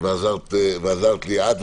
ועזרת לי את.